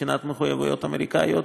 מבחינת המחויבויות האמריקניות,